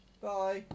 Bye